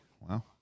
Wow